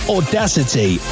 Audacity